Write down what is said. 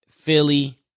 Philly